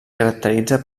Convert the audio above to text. caracteritza